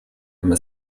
immer